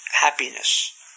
happiness